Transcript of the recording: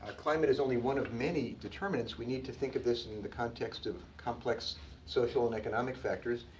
climate is only one of many determinants. we need to think of this in the context of complex social and economic factors.